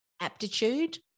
aptitude